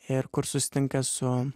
ir kur susitinka su